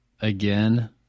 again